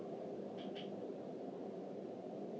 S